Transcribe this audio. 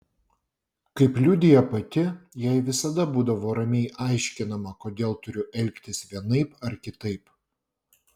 kaip liudija pati jai visada būdavo ramiai aiškinama kodėl turiu elgtis vienaip ar kitaip